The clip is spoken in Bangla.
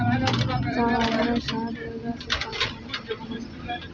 চা বাগানে ছায়া প্রদায়ী গাছ কেন লাগানো হয়?